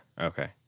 Okay